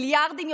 מיליארדים,